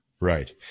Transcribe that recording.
Right